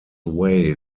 way